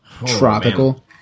tropical